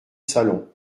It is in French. salon